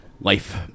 Life